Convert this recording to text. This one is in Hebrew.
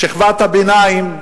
שכבת הביניים,